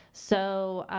so,